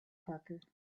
parker